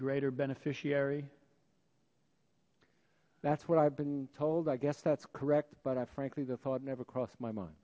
greater beneficiary that's what i've been told i guess that's correct but i frankly the thought never crossed my mind